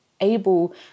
able